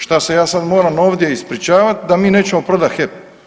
Što se ja sada moram ovdje ispričavati da mi nećemo prodati HEP?